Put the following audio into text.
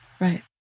Right